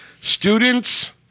Students